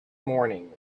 morning